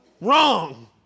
Wrong